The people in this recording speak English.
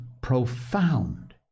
profound